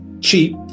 cheap